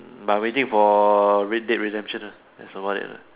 but I am waiting for Red Dead Redemption lah that's about it ah